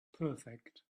perfect